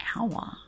hour